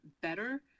better